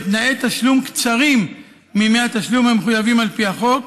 בתנאי תשלום קצרים מימי התשלום המחויבים על פי החוק,